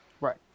Right